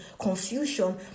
confusion